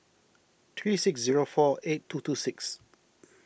three six zero four eight two two six